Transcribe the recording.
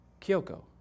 Kyoko